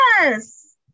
yes